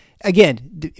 Again